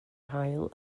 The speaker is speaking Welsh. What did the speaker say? hail